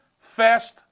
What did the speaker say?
fast